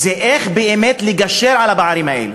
זה איך באמת לגשר על הפערים האלה,